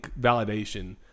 validation